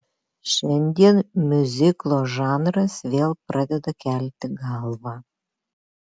šiandien miuziklo žanras vėl pradeda kelti galvą